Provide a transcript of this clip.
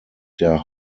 der